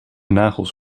nagels